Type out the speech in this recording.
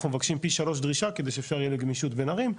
אנחנו מבקשים פי שלוש דרישה כדי שאפשר יהיה גמישות בין ערים,